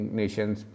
nations